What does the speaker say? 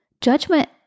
judgment